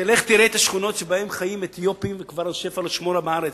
תלך ותראה את השכונות שבהן חיים אתיופים ואנשי פלאשמורה בארץ.